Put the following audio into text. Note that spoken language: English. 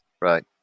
Right